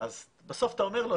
אז בסוף אתה אומר לו,